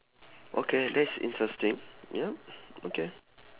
okay that's interesting yup okay